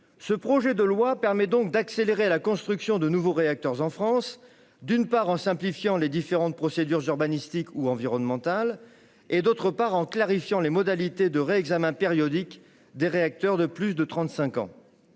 Ce projet de loi permet donc d'accélérer la construction de nouveaux réacteurs en France, d'une part, en simplifiant les différentes procédures urbanistiques ou environnementales, et, d'autre part, en clarifiant les modalités de réexamen périodique des réacteurs de plus de